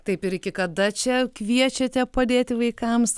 taip ir iki kada čia kviečiate padėti vaikams